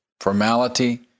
formality